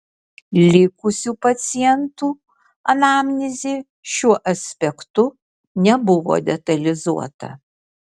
likusių pacientų anamnezė šiuo aspektu nebuvo detalizuota